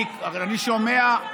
תתבייש לך.